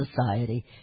Society